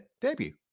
debut